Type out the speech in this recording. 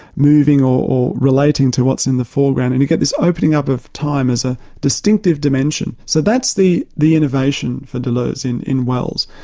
moving or relating to what's in the foreground and you get this opening up of time as a distinctive dimension. so that's the the innovation for deleuze in in welles.